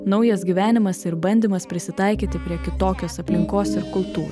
naujas gyvenimas ir bandymas prisitaikyti prie kitokios aplinkos ir kultūros